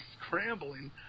scrambling